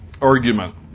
argument